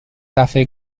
دفعه